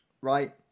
Right